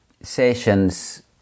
sessions